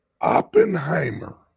Oppenheimer